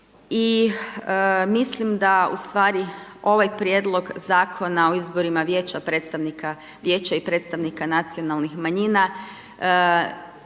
i mislim da ustvari ovaj Prijedlog Zakona o izborima vijeća i predstavnika nacionalnih manjina